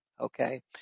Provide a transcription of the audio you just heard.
Okay